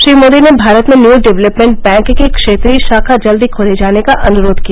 श्री मोदी ने भारत में new development bank की क्षेत्रीय शाखा जल्दी खोले जाने का अनुरोध किया